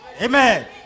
Amen